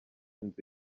inzu